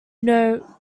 know